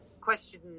question